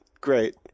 great